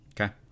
Okay